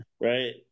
right